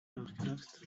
nachgedacht